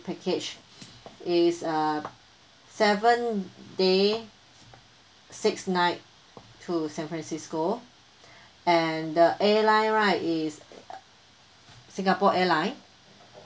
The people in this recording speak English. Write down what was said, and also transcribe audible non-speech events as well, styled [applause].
package is a seven day six night to san francisco [breath] and the airline right is singapore airline